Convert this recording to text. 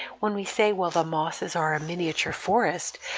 when we say, well the mosses are a miniature forest,